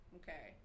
okay